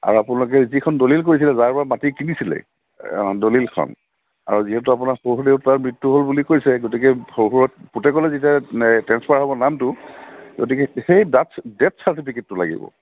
আৰু আপোনালোকে যিখন দলিল কৰিছিলে যাৰপৰা মাটি কিনিছিলে অঁ দলিলখন আৰু যিহেতু আপোনাক শহুৰদেউতাৰ মৃত্যু হ'ল বুলি কৈছে গতিকে শহুৰৰ পুতেকলৈ যেতিয়া এই ট্ৰেঞ্চফাৰ হ'ব নামটো গতিকে সেই ডাথ ডেথ চাৰ্টিফিকেটটো লাগিব